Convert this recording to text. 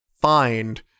find